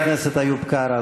חבר הכנסת איוב קרא,